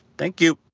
thank you